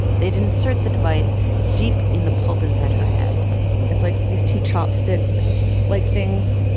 they'd insert the device deep in the pulp inside her head it's, like, these two chopstick-like like things,